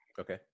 okay